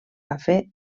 cafè